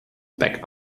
back